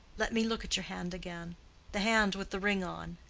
let me look at your hand again the hand with the ring on.